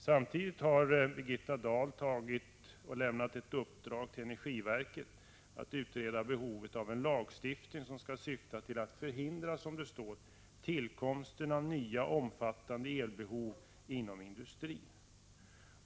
Samtidigt har Birgitta Dahl gett energiverket i uppdrag att utreda behovet av en lagstiftning som skall syfta till att — som det står — förhindra tillkomsten av nya omfattande elbehov inom industrin.